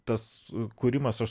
tas kūrimas aš